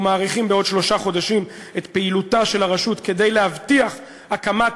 מאריכים בעוד שלושה חודשים את פעילותה של הרשות כדי להבטיח הקמת